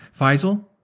Faisal